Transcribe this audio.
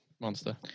monster